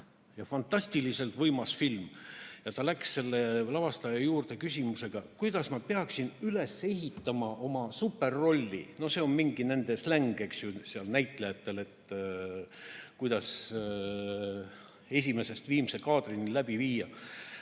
ja fantastiliselt võimas film oli ja ta läks selle lavastaja juurde küsimusega: kuidas ma peaksin üles ehitama oma superrolli? No see on mingi näitlejate släng, eks ju, kuidas kõike esimesest viimase kaadrini läbi viia,